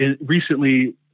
recently